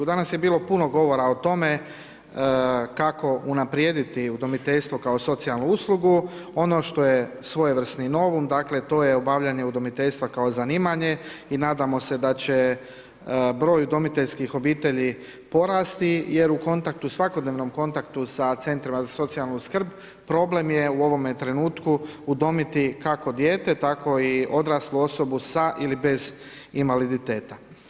Danas je bilo puno govora o tome kako unaprijediti udomiteljstvo kao socijalnu uslugu, ono što je svojevrsno novum, dakle to je obavljanje udomiteljstva kao zanimanje i nadamo se da će broj udomiteljskih obitelji porasti jer u kontaktu, svakodnevnom kontaktu sa CZSS-ima, problem je u ovome trenutku udomiti kako dijete tako i odraslu osobu sa ili bez invaliditeta.